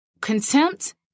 Contempt